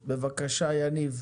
בבקשה, יניב.